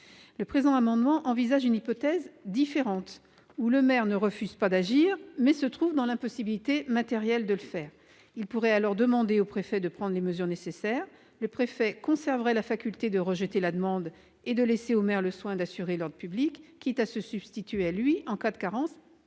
Le présent amendement envisage une hypothèse différente, selon laquelle le maire ne refuse pas d'agir, mais se trouve dans l'impossibilité matérielle de le faire. Il pourrait alors demander au préfet de prendre les mesures nécessaires. Le préfet conserverait cependant la faculté de rejeter la demande et de laisser au maire le soin d'assurer l'ordre public, quitte à se substituer à lui en cas de carence,